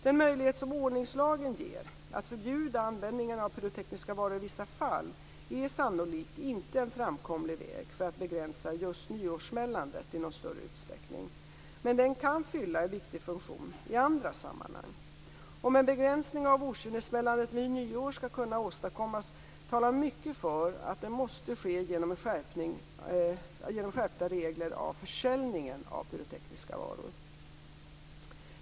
Den möjlighet som ordningslagen ger att förbjuda användningen av pyrotekniska varor i vissa fall är sannolikt inte en framkomlig väg för att begränsa just nyårssmällandet i någon större utsträckning, men den kan fylla en viktig funktion i andra sammanhang. Om en begränsning av okynnessmällandet vid nyår skall kunna åstadkommas talar mycket för att det måste ske genom skärpta regler för försäljningen av pyrotekniska varor.